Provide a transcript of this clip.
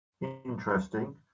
interesting